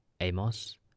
Amos